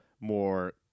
more